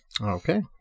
Okay